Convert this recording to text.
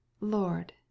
Lord